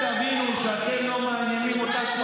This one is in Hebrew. אתם לא מעניינים אותם.